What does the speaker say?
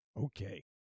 okay